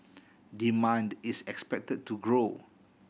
demand is expected to grow